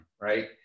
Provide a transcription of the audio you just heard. right